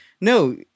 no